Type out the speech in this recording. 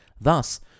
Thus